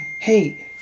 hey